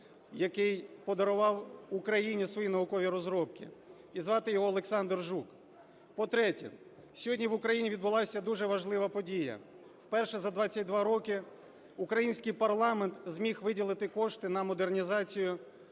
який подарував Україні свої наукові розробки і звати його Олександр Жук. По-третє. Сьогодні в Україні відбулася дуже важлива подія – вперше за 22 роки український парламент зміг виділити кошти на модернізацію